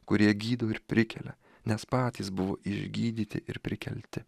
kurie gydo ir prikelia nes patys buvo išgydyti ir prikelti